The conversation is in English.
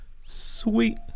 Sweet